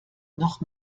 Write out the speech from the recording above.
noch